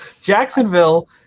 Jacksonville